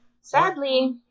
sadly